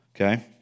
okay